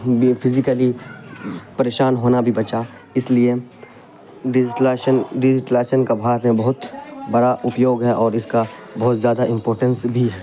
physically پریشان ہونا بھی بچا اس لیے ڈیزیٹلائشن ڈیجیٹلائشن کا بھارت میں بہت بڑا اپیوگ ہے اور اس کا بہت زیادہ امپورٹینس بھی ہے